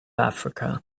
africa